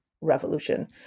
Revolution